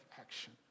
action